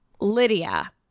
Lydia